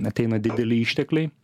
ateina dideli ištekliai